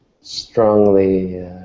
Strongly